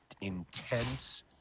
intense